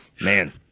man